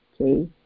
okay